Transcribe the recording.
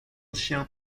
chien